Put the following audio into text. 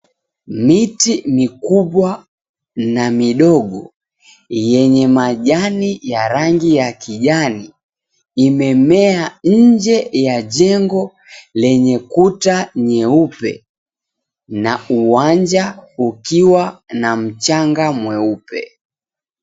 Miti mikubwa na midogo, yenye majani ya rangi ya kijani, imemea nje ya jengo lenye kuta nyeupe na uwanja ukiwa na mchanga mweupe.